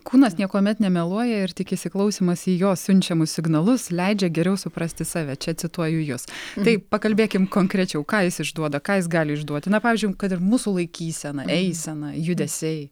kūnas niekuomet nemeluoja ir tik įsiklausymas į jo siunčiamus signalus leidžia geriau suprasti save čia cituoju jus taip pakalbėkim konkrečiau ką jis išduoda ką jis gali išduoti na pavyzdžiui kad ir mūsų laikysena eisena judesiai